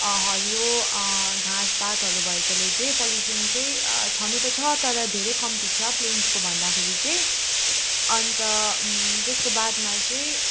हरियो घाँस पातहरू भएकोले चाहिँ पलुसन चाहिँ छनु त छ तर धेरै कम्ती छ प्लेन्सको भन्दाखेरि चाहिँ अन्त त्यसको बादमा चाहिँ